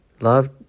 Love